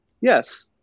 yes